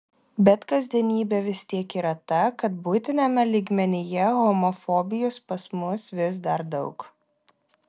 bet kasdienybė vis tiek yra ta kad buitiniame lygmenyje homofobijos pas mus vis dar daug